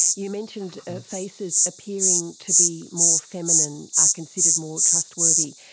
you mentioned faces appearing to be more feminine are considered more trustworthy.